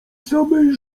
samej